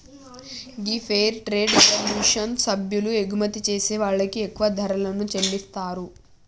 గీ fair trade revolution సభ్యులు ఎగుమతి చేసే వాళ్ళకి ఎక్కువ ధరలను చెల్లితారు